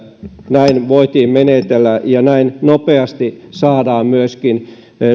näin voitiin menetellä näin saadaan myöskin